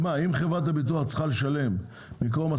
אנחנו חושבים שזו אבן דרך מרכזית שמשפיעה על כל הגורמים.